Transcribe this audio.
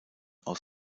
aus